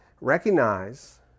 Recognize